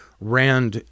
ran